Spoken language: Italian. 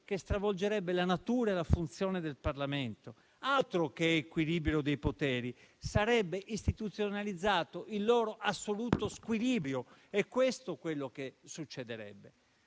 che stravolgerebbe la natura e la funzione del Parlamento. Altro che equilibrio dei poteri: sarebbe istituzionalizzato il loro assoluto squilibrio. È questo quello che succederebbe.